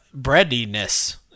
Breadiness